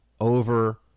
over